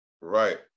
Right